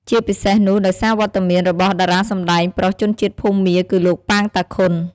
ជាពិសេសនោះដោយសារវត្តមានរបស់តារាសម្តែងប្រុសជនជាតិភូមា គឺលោក ប៉ាង តាខុន ។